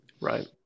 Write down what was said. Right